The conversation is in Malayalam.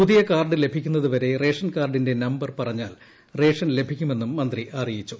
പുതിയ കാർഡ് ലഭിക്കുന്നത് വരെ റേഷൻ കാർഡിന്റെ നമ്പർ പറഞ്ഞാൽ റേഷൻ ലഭിക്കുമെന്നും മന്ത്രി അറിയിച്ചു